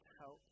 help